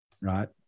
right